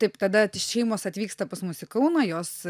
taip tada šeimos atvyksta pas mus į kauną jos